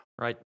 Right